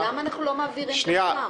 למה אנחנו לא מעבירים גם אותם?